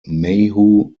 mayhew